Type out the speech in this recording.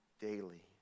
daily